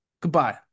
Goodbye